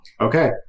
Okay